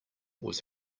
was